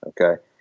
okay